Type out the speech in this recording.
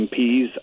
MPs